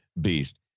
beast